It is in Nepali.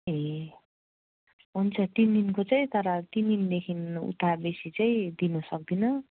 ए हुन्छ तिन दिनको चाहिँ तर तिन दिनदेखिन् उता बेसी चाहिँ दिनुसक्दिनँ